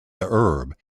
herb